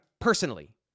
personally